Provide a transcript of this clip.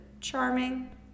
charming